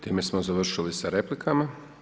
Time smo završili sa replikama.